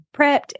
prepped